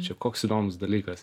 čia koks įdomus dalykas